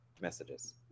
messages